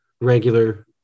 regular